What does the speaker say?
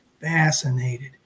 fascinated